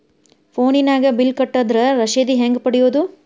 ಫೋನಿನಾಗ ಬಿಲ್ ಕಟ್ಟದ್ರ ರಶೇದಿ ಹೆಂಗ್ ಪಡೆಯೋದು?